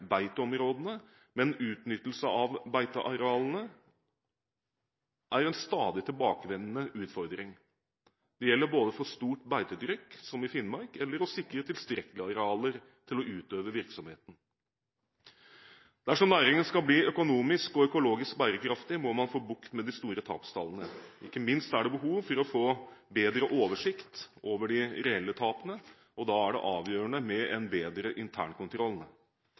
men utnyttelse av beitearealene er en stadig tilbakevendende utfordring. Det gjelder både for stort beitetrykk, som i Finnmark, eller å sikre tilstrekkelige arealer til å utøve virksomheten. Dersom næringen skal bli økonomisk og økologisk bærekraftig, må man få bukt med de store tapstallene. Ikke minst er det behov for å få bedre oversikt over de reelle tapene, og da er det avgjørende med en bedre